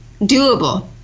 doable